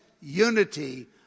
unity